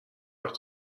وقت